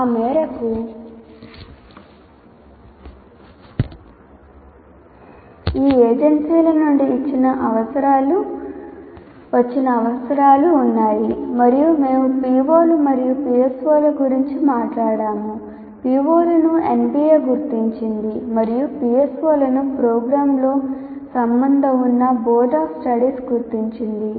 ఆ మేరకు ఈ ఏజన్సీల నుండి వచ్చిన అవసరాలు ఉన్నాయి మరియు మేము PO లు మరియు PSO ల గురించి మాట్లాడాము PO లను NBA గుర్తించింది మరియు PSO లను ప్రోగ్రామ్తో సంబంధం ఉన్న బోర్డ్ ఆఫ్ స్టడీస్ గుర్తించింది